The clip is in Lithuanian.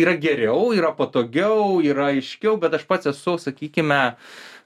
yra geriau yra patogiau yra aiškiau bet aš pats esu sakykime